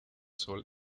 sol